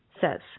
says